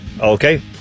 okay